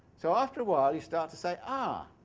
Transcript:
so after a while you start to say, ah!